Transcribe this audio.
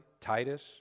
Titus